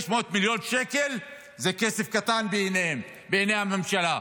500 מיליון שקל זה כסף קטן בעיניהם, בעיני הממשלה.